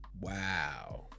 Wow